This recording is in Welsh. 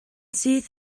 syth